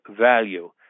value